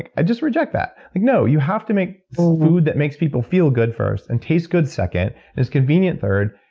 and i just reject that. like no, you have to make food that makes people feel good first, and tastes good second, then convenient third,